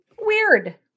Weird